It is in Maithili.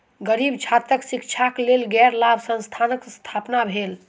गरीब छात्रक शिक्षाक लेल गैर लाभ संस्थानक स्थापना भेल